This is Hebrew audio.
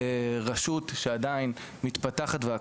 שעדיין נמצאת בהתפתחות.